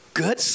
good